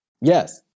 Yes